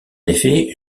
effet